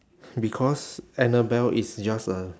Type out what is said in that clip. because annabelle is just a